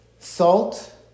Salt